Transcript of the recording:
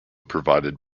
provided